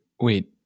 wait